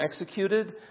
executed